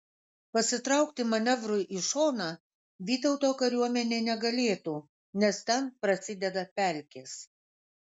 pasitraukti manevrui į šoną vytauto kariuomenė negalėtų nes ten prasideda pelkės